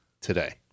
today